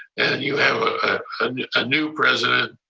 and you have a and ah new president,